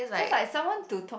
just like someone to talk